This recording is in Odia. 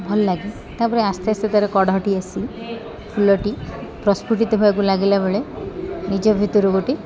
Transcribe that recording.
ଭଲ ଲାଗେ ତାପରେ ଆସ୍ତେ ଆସ୍ତେ ତ'ର କଢ଼ଟି ଆସି ଫୁଲଟି ପ୍ରସ୍ଫୁଟିତ ହେବାକୁ ଲାଗିଲା ବେଳେ ନିଜ ଭିତରୁ ଗୋଟେ